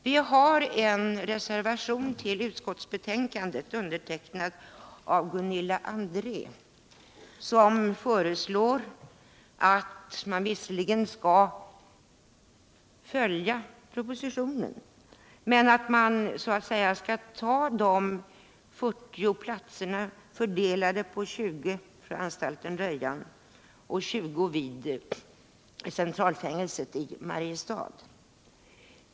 Det finns en reservation vid utskottsbetänkandet, avgiven Gunilla André, i vilken föreslås att man visserligen skall följa propositionen men att man skall ta de 40 platserna, fördelade på 20 vid Rödjan och 20 vid centralfängelset i Mariestad.